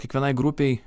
kiekvienai grupei